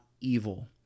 evil